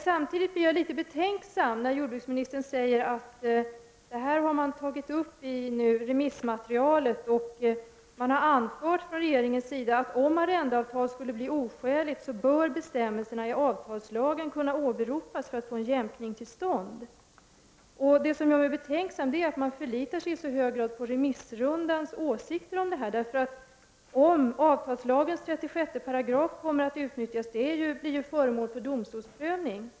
Samtidigt blir jag litet betänksam när jordbruksministern säger att detta har tagits upp i samband med remissmaterialet och att regeringen har anfört att om ett arrendeavtal skulle bli oskäligt bör bestämmelserna i avtalslagen kunna åberopas för att man skall få en jämkning till stånd. Det som gör mig betänksam är att regeringen förlitar sig i så hög grad på remissinstansernas åsikter om detta. Om avtalslagens 36 § skall utnyttjas kommer detta att bli föremål för domstolsprövning.